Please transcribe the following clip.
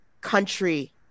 country